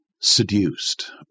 seduced